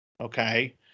okay